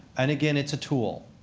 and again, it's a tool.